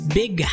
big